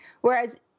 whereas